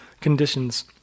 conditions